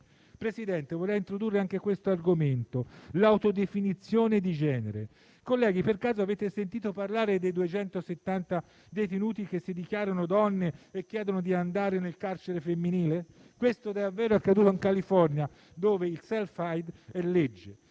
Presidente, vorrei introdurre anche questo argomento: l'autodefinizione di genere. Colleghi, per caso avete sentito parlare dei 270 detenuti che si dichiarano donne e chiedono di andare nel carcere femminile? Questo è davvero accaduto in California, dove il *self-id* è legge,